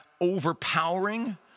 overpowering